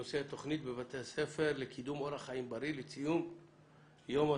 הנושא: התוכנית בבתי הספר לקידום אורח חיים בריא לציון יום הסוכרת.